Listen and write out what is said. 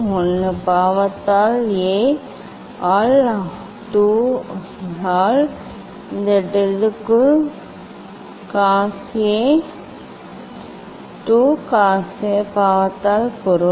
1 பாவத்தால் A ஆல் 2 ஆல் இந்த டெலுக்குள் cos A ஆல் 2 cos பாவத்தால் பொருள்